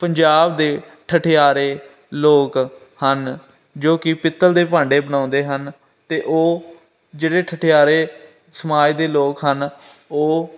ਪੰਜਾਬ ਦੇ ਠਠਿਆਰੇ ਲੋਕ ਹਨ ਜੋ ਕਿ ਪਿੱਤਲ ਦੇ ਭਾਂਡੇ ਬਣਾਉਂਦੇ ਹਨ ਅਤੇ ਉਹ ਜਿਹੜੇ ਠਠਿਆਰੇ ਸਮਾਜ ਦੇ ਲੋਕ ਹਨ ਉਹ